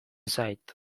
zait